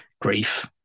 grief